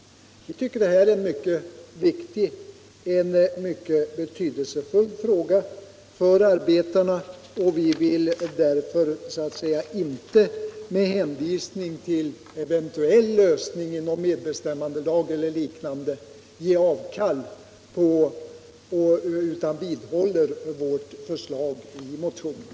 Vi anser att denna fråga är så betydelsefull för arbetarna att vi inte med hänvisning till en eventuell lösning — genom medbestämmandelagen eller på annat sätt — vill ge avkall på utan vidhåller vårt förslag i motionen.